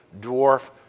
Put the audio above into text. dwarf